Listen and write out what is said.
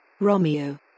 Romeo